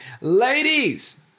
ladies